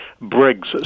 Briggs